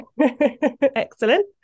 Excellent